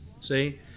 See